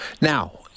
Now